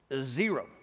Zero